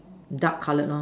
dark colored lor